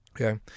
okay